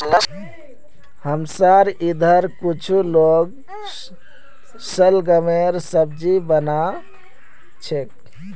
हमसार इधर कुछू लोग शलगमेर सब्जी बना छेक